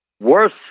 worse